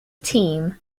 team